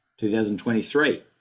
2023